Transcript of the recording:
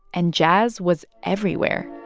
and jazz was everywhere